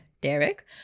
Derek